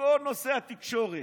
בכל נושא התקשורת.